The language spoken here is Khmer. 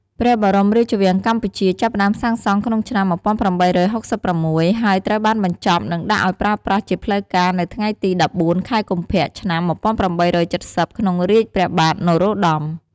ព្រះបរមរាជវាំងកម្ពុជា ចាប់ផ្ដើមសាងសង់ក្នុងឆ្នាំ ១៨៦៦ ហើយត្រូវបានបញ្ចប់ និងដាក់ឱ្យប្រើប្រាស់ជាផ្លូវការណ៍ នៅថ្ងៃទី ១៤ ខែកុម្ភៈ ឆ្នាំ ១៨៧០ ក្នុងរាជព្រះបាទ នរោត្តម ។